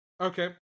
Okay